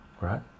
right